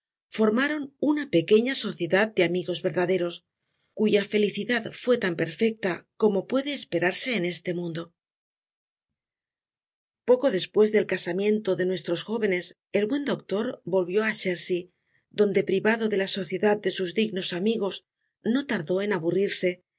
formaron una pequeña sociedad de amigos verdaderos cuya felicidad fué tan perfecta como puede esperarse en este mundo poco despues del casamiento de nuestros jovenes el buen doctor volvió á chertsey donde privado de la sociedad de sus dignos amigos no tardó en aburrirse